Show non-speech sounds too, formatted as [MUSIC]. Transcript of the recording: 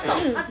[NOISE]